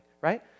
right